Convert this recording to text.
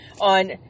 on